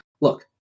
look